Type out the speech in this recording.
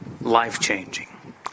life-changing